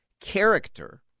character